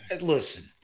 Listen